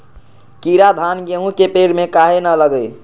कीरा धान, गेहूं के पेड़ में काहे न लगे?